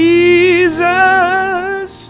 Jesus